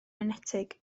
enetig